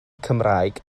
cymraeg